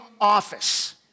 office